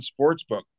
sportsbook